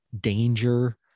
danger